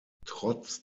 trotz